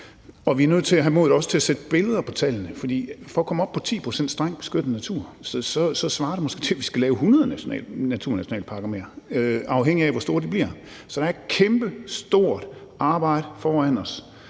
er nødt til at have modet til at sætte nogle billeder på tallene. For det at komme op på 10 pct. strengt beskyttet natur svarer måske til, at vi skal lave 100 naturnationalparker mere, afhængigt af hvor store de bliver. Så der er et kæmpestort arbejde foran os,